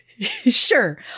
Sure